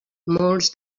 molts